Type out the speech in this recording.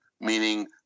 meaning